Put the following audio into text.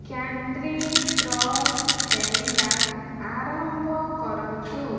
candy crush ଖେଳିବା ଆରମ୍ଭ କରନ୍ତୁ